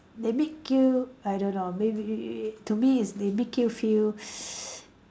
they make you I don't know maybe to me is they make you feel